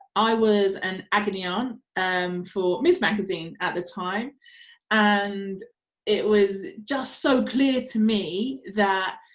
i was an aganion and for ms magazine at the time and it was just so clear to me that